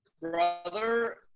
brother